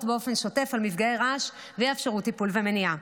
באופן שוטף על מפגעי רעש ואפשרות טיפול ומניעה.